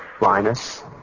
Linus